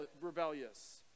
rebellious